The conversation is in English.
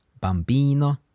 bambino